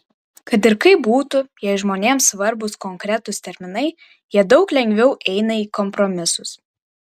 kad ir kaip būtų jei žmonėms svarbūs konkretūs terminai jie daug lengviau eina į kompromisus